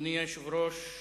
אדוני היושב-ראש,